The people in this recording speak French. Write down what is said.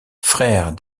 frères